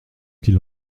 qu’il